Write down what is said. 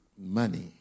money